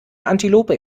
antilope